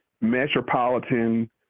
metropolitan